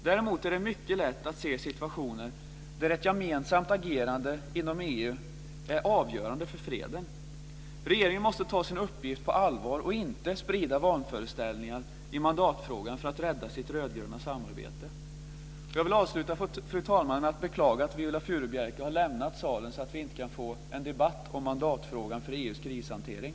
Däremot är det mycket lätt att se situationer där ett gemensamt agerande inom EU är avgörande för freden. Regeringen måste ta sin uppgift på allvar och inte sprida vanföreställningar i mandatfrågan för att rädda sitt rödgröna samarbete. Fru talman! Jag vill avsluta med att beklaga att Viola Furubjelke har lämnat kammarsalen så att vi inte kan få en debatt om frågan om mandat för EU:s krishantering.